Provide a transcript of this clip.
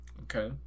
Okay